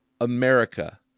America